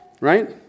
Right